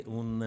un